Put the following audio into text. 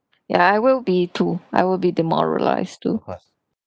ya I will be too I will be demoralised too